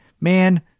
man